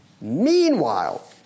Meanwhile